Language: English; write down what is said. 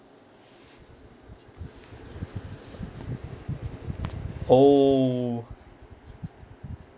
oh